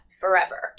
forever